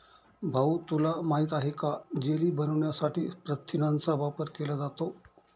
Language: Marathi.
भाऊ तुला माहित आहे का जेली बनवण्यासाठी प्रथिनांचा वापर केला जातो